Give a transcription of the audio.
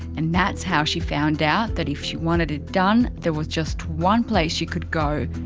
and that's how she found out that if she wanted it done, there was just one place she could go,